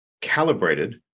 calibrated